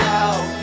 out